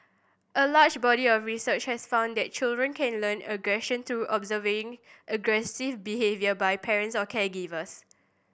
a large body of research has found that children can learn aggression through observing aggressive behaviour by parents or caregivers